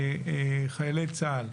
שחיילי צה"ל,